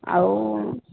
ଆଉ